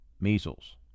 measles